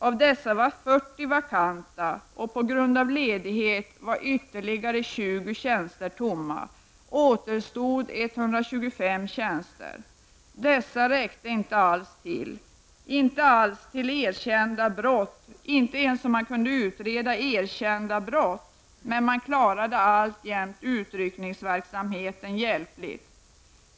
Av dessa var 40 vakanta, och på grund av ledighet var ytterligare 20 tjänster obesatta. Det återstod alltså 125 besatta tjänster. Dessa räckte inte alls till. Det räckte inte ens till för att utreda erkända brott, men man klarade alltjämt utryckningsverksamheten hjälpligt.